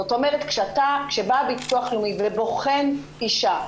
זאת אומרת כשבא הביטוח הלאומי ובוחן אישה